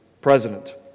president